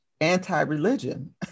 anti-religion